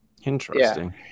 Interesting